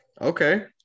Okay